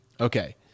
Okay